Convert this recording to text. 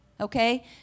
Okay